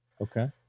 Okay